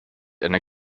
einer